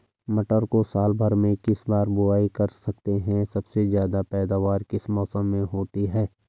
मटर को साल भर में कितनी बार बुआई कर सकते हैं सबसे ज़्यादा पैदावार किस मौसम में होती है?